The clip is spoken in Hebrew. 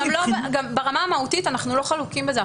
ברמה המהותית אנחנו לא חלוקים בזה.